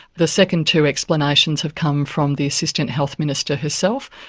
the second two explanations have come from the assistant health minister herself,